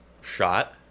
shot